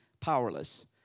powerless